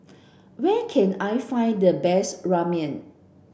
where can I find the best Ramen